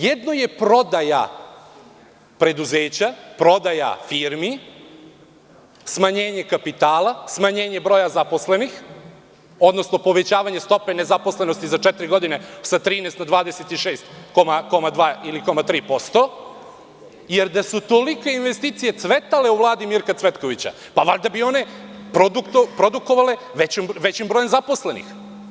Jedno je prodaja preduzeća, prodaja firmi, smanjenje kapitala, smanjenje broja zaposlenih, odnosno povećavanje stope zaposlenosti za četiri godine sa 13 na 26,2%, jer da su tolike investicije cvetale u Vladi Mirka Cvetkovića, valjda bi one produkovale većim brojem zaposlenih.